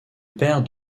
père